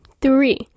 three